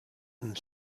and